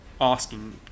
asking